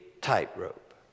tightrope